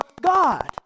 God